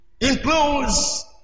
Includes